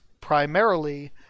primarily